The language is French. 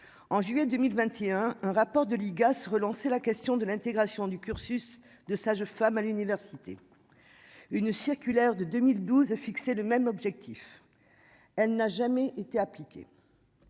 en juillet 2021, un rapport de l'IGAS relancer la question de l'intégration du cursus de sage-femme à l'université, une circulaire de 2012 fixé le même objectif : elle n'a jamais été appliqué